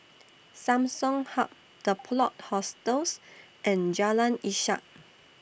Samsung Hub The Plot Hostels and Jalan Ishak